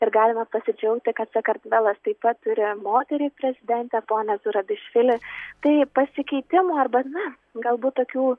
ir galime pasidžiaugti kad sakartvelas taip pat turi moterį prezidentę ponią zurabišvili tai pasikeitimų arba na galbūt tokių